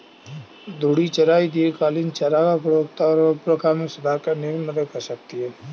घूर्णी चराई दीर्घकालिक चारागाह गुणवत्ता और उर्वरता में सुधार करने में मदद कर सकती है